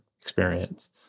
experience